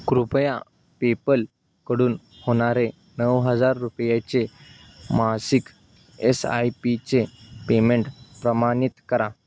कृपया पेपलकडून होणारे नऊ हजार रुपयाचे मासिक एस आय पीचे पेमेंट प्रमाणित करा